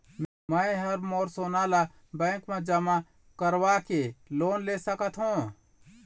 मैं हर मोर सोना ला बैंक म जमा करवाके लोन ले सकत हो?